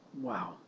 Wow